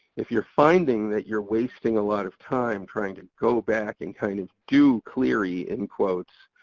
if you're finding that you're wasting a lot of time trying to go back and kind of do clery, in quotes,